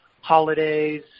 holidays